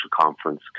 conference